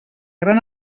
gran